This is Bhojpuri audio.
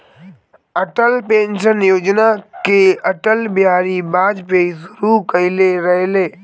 अटल पेंशन योजना के अटल बिहारी वाजपयी शुरू कईले रलें